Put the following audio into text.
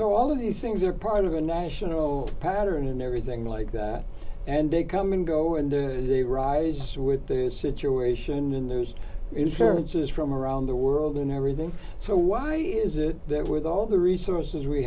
so all of these things are part of a national pattern and everything like that and they come and go and they ride with the situation in the various is from around the world and everything so why is it that with all the resources we